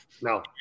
no